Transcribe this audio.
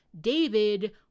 David